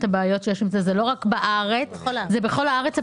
הבעיה קיימת בכל הארץ,